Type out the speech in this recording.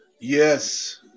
Yes